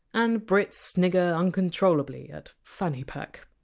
and brits snigger uncontrollably at! fanny pack.